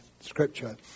scripture